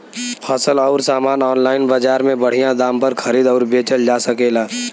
फसल अउर सामान आनलाइन बजार में बढ़िया दाम पर खरीद अउर बेचल जा सकेला